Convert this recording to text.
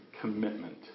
commitment